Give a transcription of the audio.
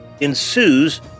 ensues